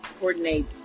Coordinate